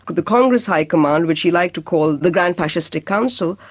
the congress high command, which he liked to call the grand fascistic council,